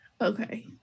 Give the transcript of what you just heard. Okay